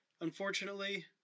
Unfortunately